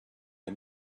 der